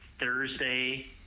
Thursday